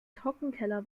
trockenkeller